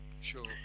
Sure